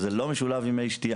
זה לא משולב עם מי שתייה.